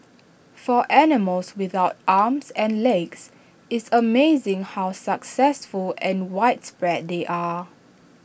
for animals without arms and legs it's amazing how successful and widespread they are